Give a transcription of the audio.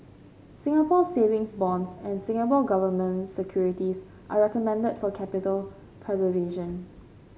Singapore Savings Bonds and Singapore Government Securities are recommended for capital preservation